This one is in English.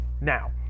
now